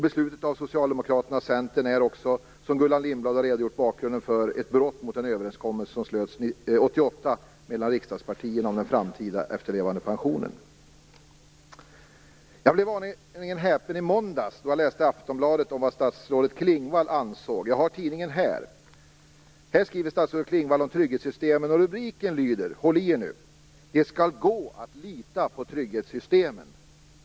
Beslutet av Socialdemokraterna och Centern är också - Gullan Lindblad har redogjort för bakgrunden - ett brott mot den överenskommelse som slöts 1988 mellan riksdagspartierna om den framtida efterlevandepensionen. Jag blev aningen häpen i måndags då jag läste i Aftonbladet vad statsrådet Klingvall ansåg. Jag har tidningen här. Här skriver statsrådet Klingvall om trygghetssystemet. Rubriken lyder - håll i er nu: "Det ska gå att lita på trygghetssystemen".